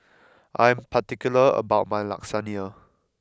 I am particular about my Lasagne